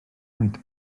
maent